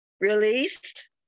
released